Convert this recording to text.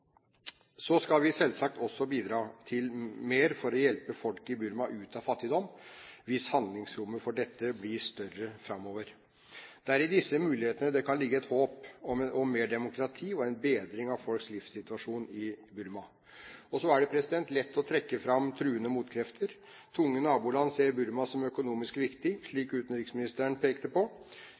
Så skal vi selvsagt også bidra mer for å hjelpe folket i Burma ut av fattigdom, hvis handlingsrommet for dette blir større framover. Det er i disse mulighetene det kan ligge et håp om mer demokrati og en bedring av folks livssituasjon i Burma. Det er lett å trekke fram truende motkrefter. Tunge naboland ser Burma som økonomisk viktig, slik utenriksministeren pekte på.